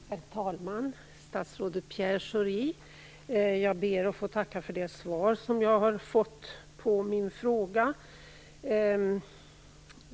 Herr talman! Statsrådet Pierre Schori! Jag ber att få tacka för det svar som jag har fått på min fråga.